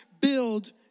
build